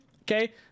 okay